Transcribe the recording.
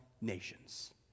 nations